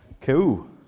Cool